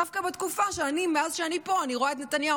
דווקא בתקופה שמאז שאני פה אני רואה את נתניהו